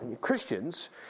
Christians